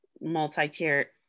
multi-tier